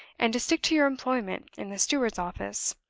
and to stick to your employment in the steward's office.